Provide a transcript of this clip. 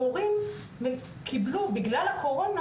המורים קיבלו בגלל הקורונה,